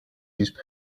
use